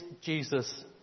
Jesus